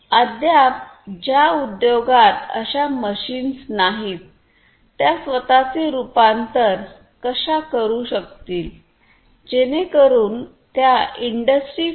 अद्याप ज्या उद्योगात अशा मशीन्स नाहीत त्या स्वत चे रूपांतर कशा करू शकतील जेणेकरुन त्या इंडस्ट्री 4